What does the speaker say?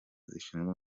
zishinzwe